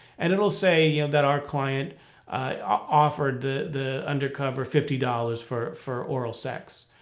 and it will say you know that our client ah offered the the undercover fifty dollars for for oral sex.